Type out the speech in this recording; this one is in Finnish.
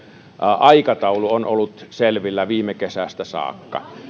aikataulu on ollut selvillä viime kesästä saakka